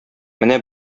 менә